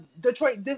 Detroit